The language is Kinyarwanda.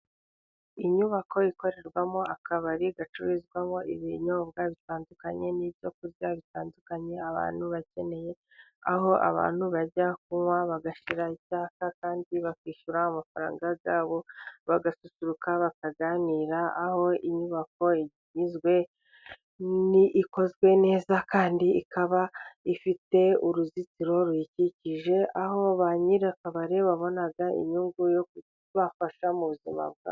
Inyubako ikorerwamo akabari gacuruzwamo ibinyobwa bitandukanye, n'ibyo kurya bitandukanye, abantu bakeneye aho abantu bajya kunywa bagashira icyaka kandi bakishyura amafaranga yabo, bagasusururuka, bakaganira, aho inyubako igizwe, ikozwe neza, ikandi ikaba ifite uruzitiro ruyikikije, aho ba nyir'akabare babona inyungu yo kubafasha mu buzima bwabo.